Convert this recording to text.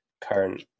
current